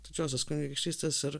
didžiosios kunigaikštystės ir